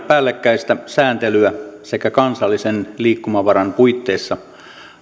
päällekkäistä sääntelyä sekä kansallisen liikkumavaran puitteissa